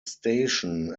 station